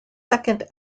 second